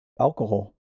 alcohol